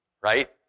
right